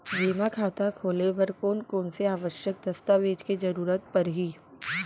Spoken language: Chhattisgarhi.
जेमा खाता खोले बर कोन कोन से आवश्यक दस्तावेज के जरूरत परही?